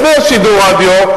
לפני שידור הרדיו,